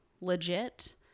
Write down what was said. legit